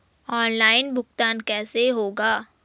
Online भुगतान कैसे होगा?